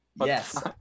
Yes